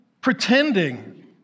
pretending